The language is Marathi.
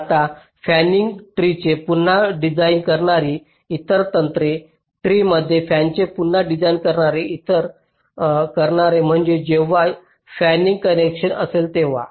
आता फॅनिन ट्री चे पुन्हा डिझाइन करणारी इतर तंत्रे ट्री मध्ये फॅनचे पुन्हा डिझाइन करणे म्हणजे जेव्हा जेव्हा फॅनिन कनेक्शन असेल तेव्हा